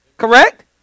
Correct